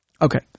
Okay